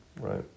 right